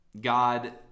God